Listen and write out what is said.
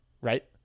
right